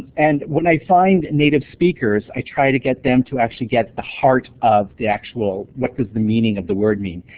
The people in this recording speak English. and when i find native speakers i try to get them to actually get the ah heart of the actual what does the meaning of the word mean.